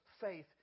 faith